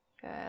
Good